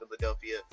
Philadelphia